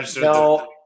No